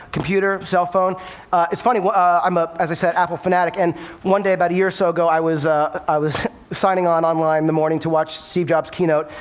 computer, cell phone it's funny, i'm an as i said, apple fanatic and one day, about a year or so ago, i was ah i was signing on online in the morning to watch steve jobs' keynote,